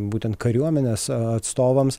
būtent kariuomenės atstovams